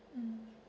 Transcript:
mm